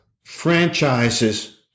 franchises